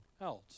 else